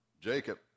Jacob